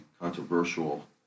controversial